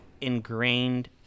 ingrained